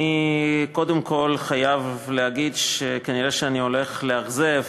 אני קודם כול חייב להגיד שכנראה אני הולך לאכזב